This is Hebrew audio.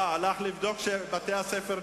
הלך לבדוק את פתיחת בתי-הספר.